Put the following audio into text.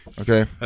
Okay